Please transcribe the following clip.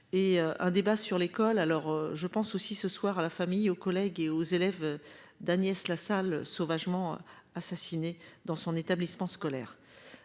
un débat sur l'école. Alors je pense aussi ce soir à la famille aux collègues et aux élèves d'Agnès Lassalle sauvagement assassinée dans son établissement scolaire.